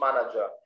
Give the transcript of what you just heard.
manager